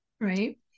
Right